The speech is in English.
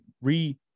re-